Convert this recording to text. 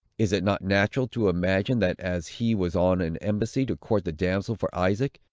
is it not natural to imagine, that, as he was on an embassy to court the damsel for isaac,